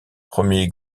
premier